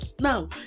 Now